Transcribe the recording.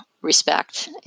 respect